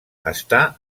està